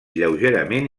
lleugerament